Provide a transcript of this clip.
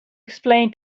explain